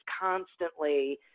constantly